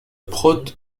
prote